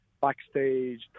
backstage